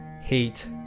Hate